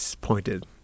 pointed